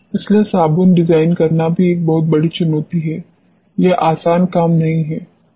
इसलिए साबुन डिजाइन करना भी एक बहुत बड़ी चुनौती है यह आसान काम नहीं है